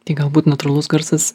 tai galbūt natūralus garsas